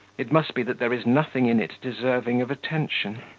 it must be that there is nothing in it deserving of attention.